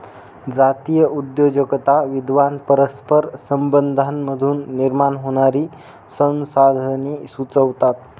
जातीय उद्योजकता विद्वान परस्पर संबंधांमधून निर्माण होणारी संसाधने सुचवतात